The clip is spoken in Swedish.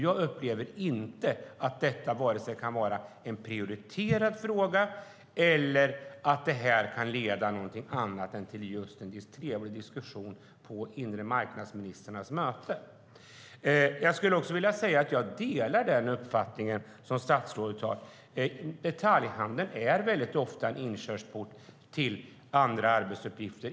Jag upplever varken att detta kan vara en prioriterad fråga eller att det kan leda till någonting annat än just en trevlig diskussion på inremarknadsministrarnas möte. Jag skulle också vilja säga att jag delar den uppfattning statsrådet har - detaljhandeln är väldigt ofta en inkörsport till andra arbetsuppgifter.